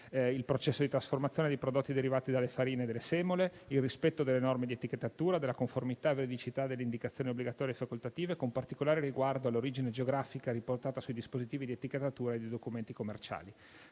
il processo di trasformazione dei prodotti derivati dalle farine e dalle semole; il rispetto delle norme di etichettatura, della conformità e veridicità delle indicazioni obbligatorie e facoltative, con particolare riguardo all'origine geografica riportata sui dispositivi di etichettatura e sui documenti commerciali.